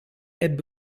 ebbe